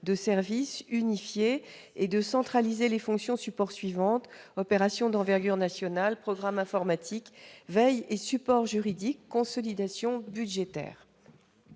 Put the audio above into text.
de service unifiée et de centraliser les fonctions support suivantes : opérations d'envergure nationale, programmes informatiques, veille et support juridiques, consolidation budgétaire.